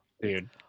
Dude